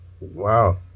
Wow